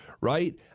right